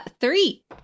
Three